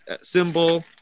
symbol